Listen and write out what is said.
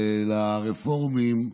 לרפורמים,